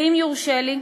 ואם יורשה לי,